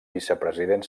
vicepresident